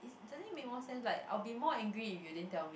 doesn't it make more sense like I'll be more angry if you didn't tell me